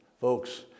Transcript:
Folks